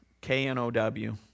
K-N-O-W